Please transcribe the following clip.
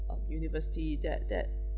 ah university that that